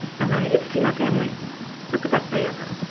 and then i get to see my family. it's like the best day ever.